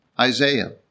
Isaiah